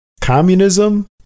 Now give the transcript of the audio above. Communism